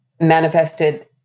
manifested